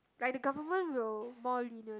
like the government will more lenient